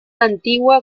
antigua